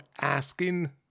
asking